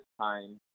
time